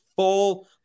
full